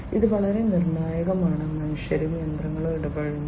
ഇത് വളരെ നിർണായകമാണ് മനുഷ്യരും യന്ത്രങ്ങളും ഇടപഴകുന്നു